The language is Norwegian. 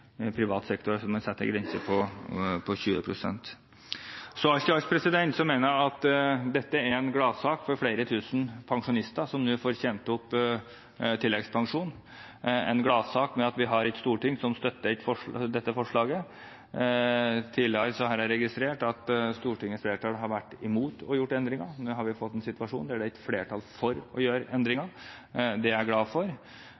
privat sektor, altså at man setter en grense på 20 pst. Alt i alt mener jeg at dette er en gladsak for flere tusen pensjonister, som nå får tjent opp tilleggspensjon – en gladsak ved at vi har et storting som støtter dette forslaget. Tidligere har jeg registrert at Stortingets flertall har vært imot å gjøre endringer. Nå har vi fått en situasjon der det er flertall for å gjøre endringer. Det er jeg glad for.